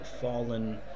fallen